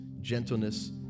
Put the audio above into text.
gentleness